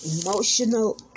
emotional